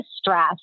stress